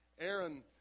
Aaron